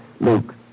Luke